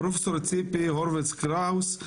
פרופ' ציפי הורוביץ קראוס,